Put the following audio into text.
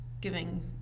giving